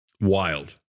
Wild